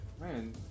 Man